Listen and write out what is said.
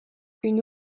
une